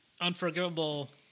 unforgivable